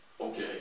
Okay